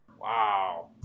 Wow